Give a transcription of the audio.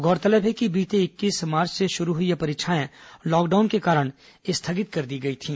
गौरतलब है कि बीते इक्कीस मार्च से शुरू हुई ये परीक्षाएं लॉकडाउन के कारण स्थगित कर दी गई थीं